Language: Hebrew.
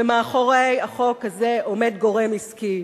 ומאחורי החוק הזה עומד גורם עסקי.